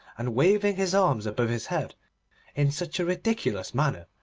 and waving his arms above his head in such a ridiculous manner,